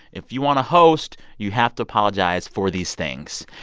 if you want to host, you have to apologize for these things.